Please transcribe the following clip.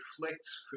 reflects